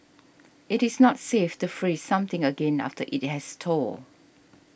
it is not safe to freeze something again after it has thawed